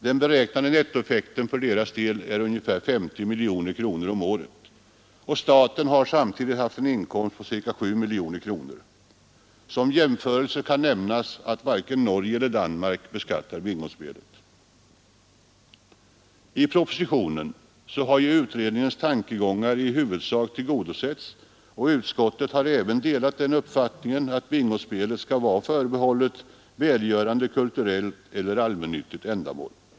Den beräknade nettoeffekten för dess del är ungefär 50 miljoner kronor om året. Staten har samtidigt en inkomst på ungefär 7 miljoner kronor. Som jämförelse kan nämnas att varken Norge eller Danmark beskattar bingospelet. 14 december 1972 I propositionen Pag utredningens tankegångar i huvudsak följts, och —— utskottet har också delat den uppfattningen att bingospelet skall vara Skatt på spel, förbehållet välgörande, kulturellt eller allmännyttigt ändamål.